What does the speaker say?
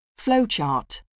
Flowchart